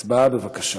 הצבעה, בבקשה.